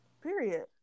Period